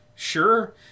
Sure